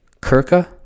Kirka